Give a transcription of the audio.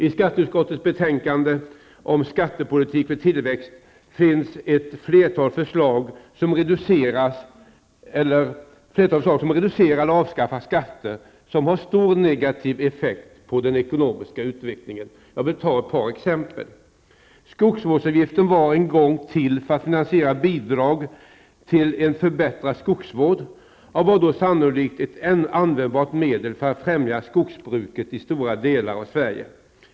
I skatteutskottets betänkande om ''Skattepolitik för tillväxt'' finns ett flertal förslag som reducerar eller avskaffar skatter som har stor negativ effekt på den ekonomiska utvecklingen. Jag skall redovisa ett par exempel. Skogsvårdsavgiften kom en gång till för att finansiera bidrag till en förbättrad skogsvård. Den var då sannolikt ett användbart medel för att främja skogsbruket i stora delar av Sverige.